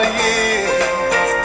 years